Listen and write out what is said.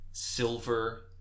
silver